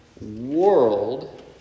world